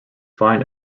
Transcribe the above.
fine